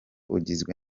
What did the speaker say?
ugizwe